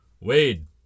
Wade